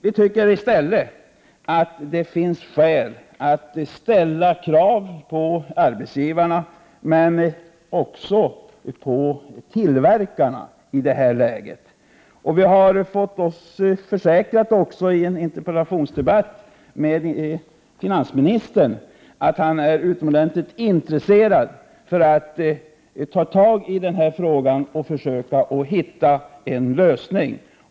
I stället tycker vi att det finns skäl att i det här läget ställa krav på arbetsgivarna och också på tillverkarna. Vid en interpellationsdebatt försäkrade också finansministern att han är utomordentligt intresserad av att ta tag i frågan och försöka hitta en lösning.